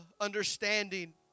understanding